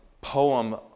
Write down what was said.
poem